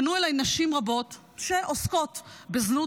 פנו אליי נשים רבות שעוסקות בזנות,